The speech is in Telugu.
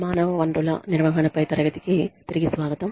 మానవ వనరుల నిర్వహణపై తరగతికి తిరిగి స్వాగతం